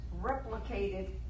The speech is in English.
replicated